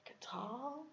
Guitar